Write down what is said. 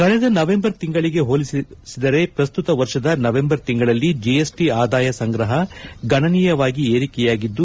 ಕಳೆದ ವರ್ಷದ ನವೆಂಬರ್ ತಿಂಗಳಿಗೆ ಹೋಲಿಸಿದರೆ ಪ್ರಸ್ತುತ ವರ್ಷದ ನವೆಂಬರ್ ತಿಂಗಳಲ್ಲಿ ಜಿಎಸ್ಟಿ ಆದಾಯ ಸಂಗ್ರಹ ಗಣನೀಯವಾಗಿ ಏರಿಕೆಯಾಗಿದ್ದು